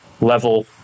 level